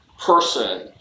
Person